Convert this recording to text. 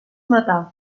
matà